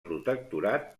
protectorat